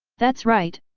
that's right,